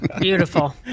Beautiful